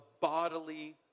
bodily